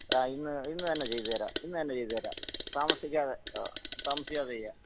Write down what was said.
ഇന്ന് ഇന്നന്നെ ചെയ്തതരാം ഇന്നന്നെ ചെയ്തതരാം താമസിക്കാതെ ഓ താമസിക്കാതെ ചെയ്യാം